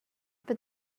but